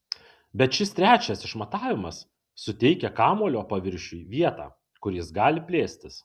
bet šis trečias išmatavimas suteikia kamuolio paviršiui vietą kur jis gali plėstis